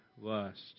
lust